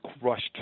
crushed